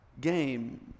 game